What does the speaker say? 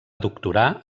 doctorar